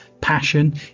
passion